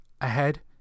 ahead